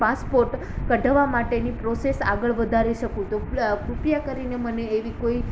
passport કઢાવવા માટેની process આગળ વધારી શકું તો કૃપયા કરીને મને એવી કોઈ